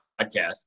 podcast